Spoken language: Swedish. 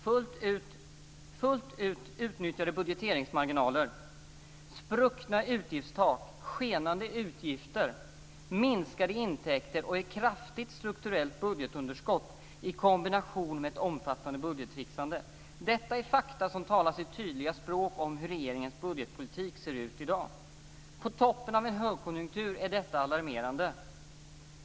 Det är fullt ut utnyttjade budgeteringmarginaler, spruckna utgiftstak, skenande utgifter, minskade intäkter och ett kraftigt strukturellt budgetunderskott i kombination med ett omfattande budgettricksande. Det är fakta som talar sitt tydliga språk om hur regeringens budgetpolitik ser ut i dag. På toppen av en högkonjunktur är detta alarmerande varningstecken.